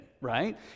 right